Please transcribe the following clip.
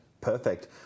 perfect